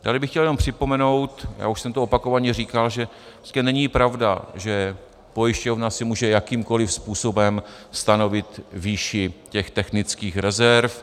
Tady bych chtěl jenom připomenout, já už jsem to opakovaně říkal, že prostě není pravda, že pojišťovna si může jakýmkoliv způsobem stanovit výši technických rezerv.